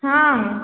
ହଁ